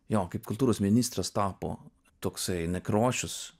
jo kaip kultūros ministras tapo toksai nekrošius